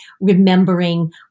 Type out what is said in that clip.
remembering